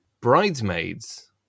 Bridesmaids